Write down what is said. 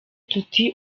tuti